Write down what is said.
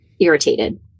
irritated